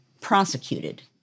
prosecuted